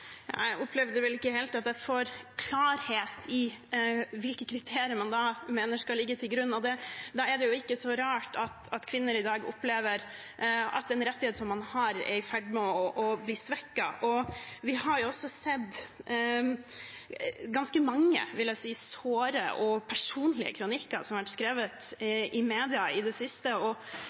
vel ikke helt at jeg får klarhet i hvilke kriterier man da mener skal ligge til grunn. Da er det jo ikke så rart at kvinner i dag opplever at en rettighet som man har, er i ferd med å bli svekket. Vi har også sett ganske mange, vil jeg si, såre og personlige kronikker som har vært skrevet i media i det siste,